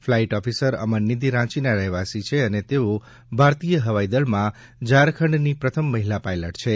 flight officer Amannidhi રાંચીના રહેવાસી છે અને તેઓ ભારતીય હવાઇદળમાં ઝારખંડની પ્રથમ મહિલા પાયલટ છે